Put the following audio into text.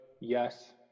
Yes